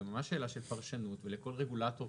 זו ממש שאלה של פרשנות ולכל רגולטור,